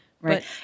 right